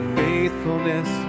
faithfulness